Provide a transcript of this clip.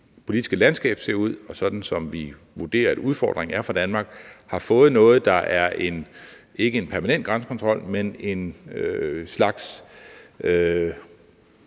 politiske landskab ser ud, og sådan, som vi vurderer at udfordringen er for Danmark, har fået noget, der ikke er en permanent grænsekontrol, men en slags